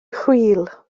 chwil